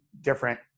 different